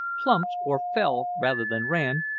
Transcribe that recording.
plumped or fell, rather than ran,